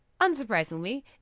unsurprisingly